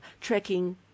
trekking